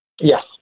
Yes